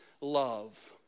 love